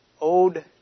old